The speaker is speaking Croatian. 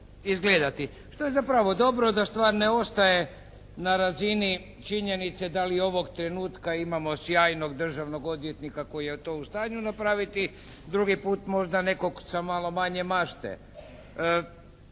izgledati. Što je zapravo dobro da stvar ne ostaje na razini činjenice da li ovog trenutka imamo sjajnog državnog odvjetnika koji je to u stanju napraviti. Drugi put možda nekog sa malo manje mašte.